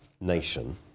nation